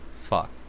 fuck